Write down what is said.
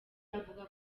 avuga